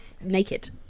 naked